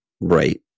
Right